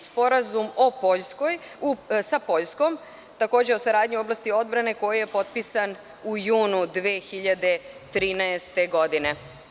Sporazum sa Poljskom je takođe o saradnji u oblasti odbrane koji je potpisan u junu 2013. godine.